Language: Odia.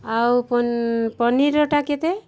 ଆଉ ପନିରଟା କେତେ